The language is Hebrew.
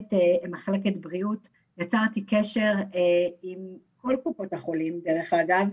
כמנהלת מחלקת בריאות יצרתי קשר עם כל קופות החולים אגב,